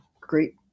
great